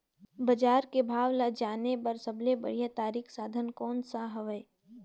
बजार के भाव ला जाने बार सबले बढ़िया तारिक साधन कोन सा हवय?